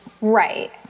Right